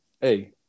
hey